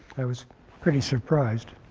i was pretty surprised.